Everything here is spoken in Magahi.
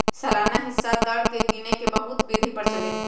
सालाना हिस्सा दर के गिने के बहुते विधि प्रचलित हइ